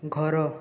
ଘର